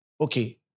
Okay